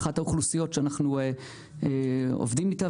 למה עסק קטן לא יכול לקבל מענק מן המדינה?